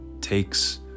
takes